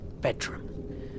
bedroom